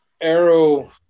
Arrow